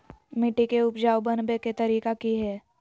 मिट्टी के उपजाऊ बनबे के तरिका की हेय?